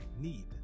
need